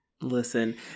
Listen